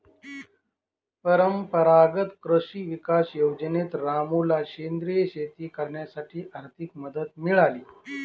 परंपरागत कृषी विकास योजनेत रामूला सेंद्रिय शेती करण्यासाठी आर्थिक मदत मिळाली